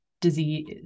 disease